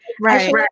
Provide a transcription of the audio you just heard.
right